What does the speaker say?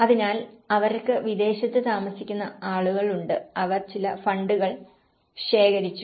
അതിനാൽ അവർക്ക് വിദേശത്ത് താമസിക്കുന്ന ആളുകളുണ്ട് അവർ ചില ഫണ്ടുകൾ ശേഖരിച്ചു